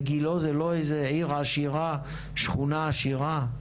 וגילה היא לא איזו עיר עשירה, שכונה עשירה,